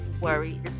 worry